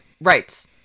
Right